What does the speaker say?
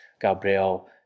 Gabriel